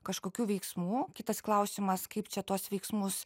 kažkokių veiksmų kitas klausimas kaip čia tuos veiksmus